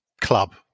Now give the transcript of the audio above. club